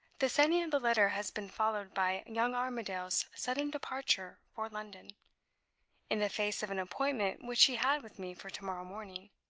the sending of the letter has been followed by young armadale's sudden departure for london in the face of an appointment which he had with me for to-morrow morning.